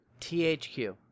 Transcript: THQ